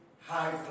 high